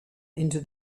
into